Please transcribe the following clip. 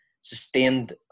sustained